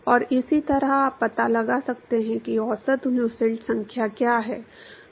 और इसी तरह आप पता लगा सकते हैं कि औसत नुसेल्ट संख्या क्या है